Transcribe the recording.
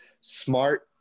smart